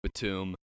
Batum